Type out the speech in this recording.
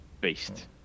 beast